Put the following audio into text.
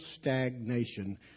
stagnation